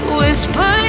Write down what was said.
Whisper